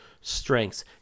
strengths